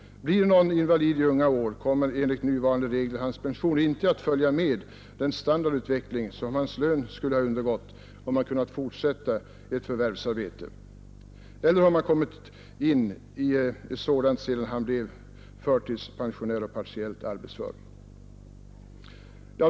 Blir någon invalid vid sådan tidpunkt kommer enligt nuvarande regler hans pension inte att följa med den standardutveckling som hans lön skulle ha undergått om han kunnat fortsätta ett förvärvsarbete eller om han kommit in i ett sådant sedan han blivit förtidspensionerad och partiellt arbetsför.